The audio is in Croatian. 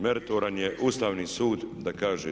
Meritoran je Ustavni sud da kaže.